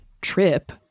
trip